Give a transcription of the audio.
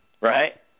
Right